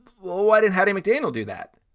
why didn't hattie mcdaniel do that?